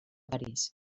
parís